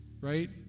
right